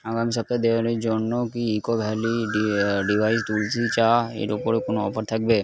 আগামী সপ্তাহে দীপাবলির জন্য কি ইকো ভ্যালি ডি ডিভাইস তুলসী চায়ের ওপরে কোনো অফার থাকবে